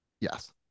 yes